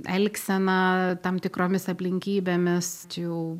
elgseną tam tikromis aplinkybėmis čia jau